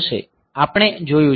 આ આપણે જોયું છે